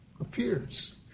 appears